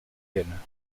elle